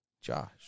Josh